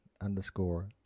underscore